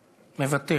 מוותר.